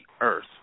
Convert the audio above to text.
earth